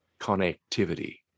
connectivity